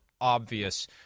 obvious